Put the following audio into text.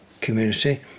Community